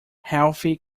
healthy